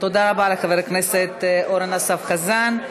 תודה רבה לחבר הכנסת אורן אסף חזן.